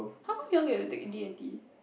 how come you get to take D-and-T